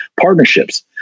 partnerships